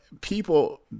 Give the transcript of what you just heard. people